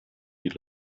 die